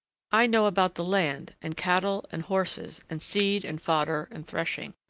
i know about the land and cattle and horses and seed and fodder and threshing.